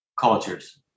cultures